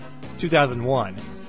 2001